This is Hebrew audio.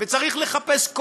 וצריך לחפש,